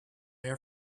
air